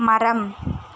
மரம்